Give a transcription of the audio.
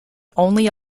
only